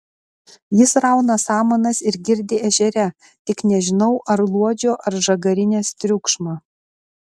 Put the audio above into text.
jis rauna samanas ir girdi ežere tik nežinau ar luodžio ar žagarinės triukšmą